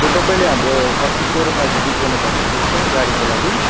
यो तपाईँले हाम्रो अस्ति सोरूममा भिजिट भएको थियो रहेछ नि गाडीको लागि